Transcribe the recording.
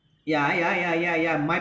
yeah yeah yeah yeah yeah my